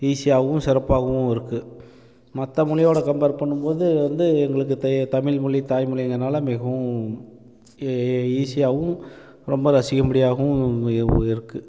ஈஸியாகவும் சிறப்பாகவும் இருக்குது மற்ற மொழியோடய கம்பேர் பண்ணும் போது வந்து எங்களுக்கு தே தமிழ்மொழி தாய்மொழிங்கிறனால மிகவும் ஈஸியாகவும் ரொம்ப ரசிக்கும் படியாகவும் இருக்குது